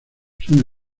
son